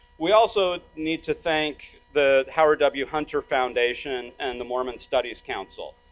we also need to thank the howard w. hunter foundation, and the mormon studies council.